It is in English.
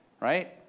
right